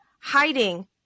hiding